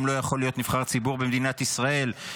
לא יכול להיות נבחר ציבור במדינת ישראל,